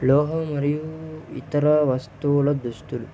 లోహం మరియు ఇతర వస్తువుల దుస్తులు